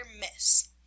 miss